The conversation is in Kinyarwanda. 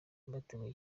bateguye